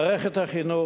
מערכת החינוך